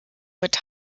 mit